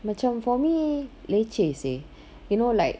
macam for me leceh seh you know like